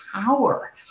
power